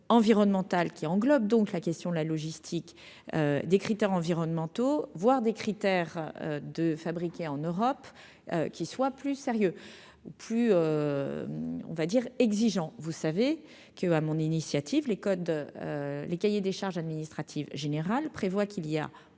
environnementales qui englobe donc la question de la logistique des critères environnementaux, voire des critères de fabriquer en Europe qui soit plus sérieux ou plus, on va dire, exigeant, vous savez que, à mon initiative, les codes, les cahiers des charges administratives générales prévoit qu'il y a